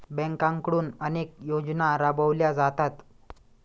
बँकांकडून अनेक योजना राबवल्या जातात